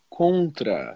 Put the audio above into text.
contra